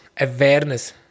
awareness